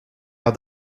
are